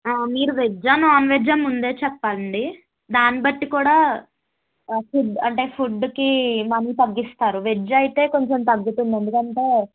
ఆ మీరు వెజ్ ఆ నాన్ వేజ్ఆ ముందే చెప్పండి దాన్ని బట్టి కూడా అంటే ఫుడ్కి మనీ తగ్గిస్తారు వెజ్ అయితే కొంచెం తగ్గుతుంది ఎందుకంటే